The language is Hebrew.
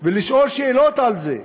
ולשאול שאלות על זה?